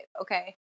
okay